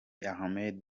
ahmed